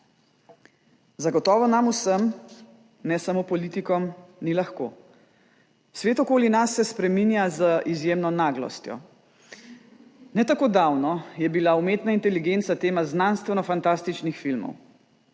Zagotovo nam vsem, ne samo politikom, ni lahko. Svet okoli nas se spreminja z izjemno naglostjo. Ne tako davno je bila umetna inteligenca tema znanstvenofantastičnih filmov.